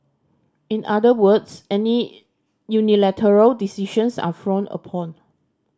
in other words any unilateral decisions are frowned upon